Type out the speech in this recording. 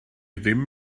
ddim